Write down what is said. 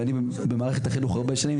ואני במערכת החינוך הרבה שנים,